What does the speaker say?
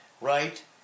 right